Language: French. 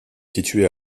situé